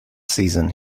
season